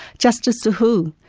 justice to who?